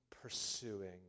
pursuing